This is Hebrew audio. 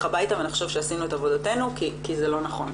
הביתה ונחשוב שעשינו את עבודתנו כי זה לא נכון.